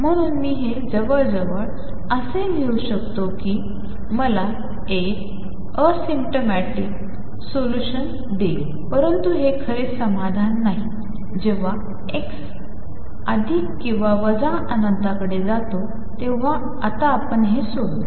म्हणून मी हे जवळजवळ 0 असे लिहू शकतो जे मला एसिम्पोटिक सोल्यूशन्स देईल परंतु हे खरे समाधान नाही जेव्हा x अधिक किंवा वजा अनंताकडे जाते तेव्हा आता आपण हे सोडवू